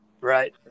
Right